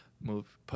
move